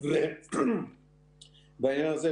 בעניין הזה,